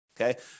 Okay